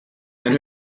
and